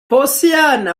posiyani